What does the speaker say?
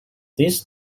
this